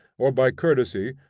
or by courtesy,